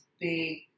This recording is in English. big